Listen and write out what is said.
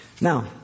Now